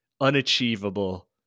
unachievable